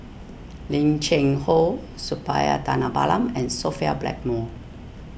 Lim Cheng Hoe Suppiah Dhanabalan and Sophia Blackmore